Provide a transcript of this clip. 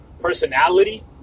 personality